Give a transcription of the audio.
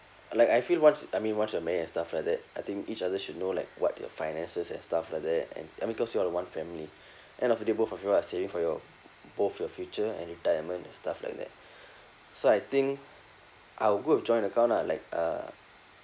like I feel once I mean once you're married and stuff like that I think each other should know like what your finances and stuff like that and I mean because you all are one family end of the day both of you are saving for your both your future and retirement and stuff like that so I think I will go with joint account lah like uh